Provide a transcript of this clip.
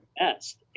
best